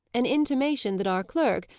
an intimation that our clerk,